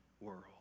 world